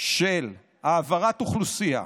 של העברת אוכלוסייה,